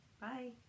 bye